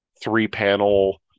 three-panel